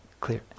clear